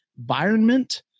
environment